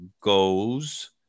goes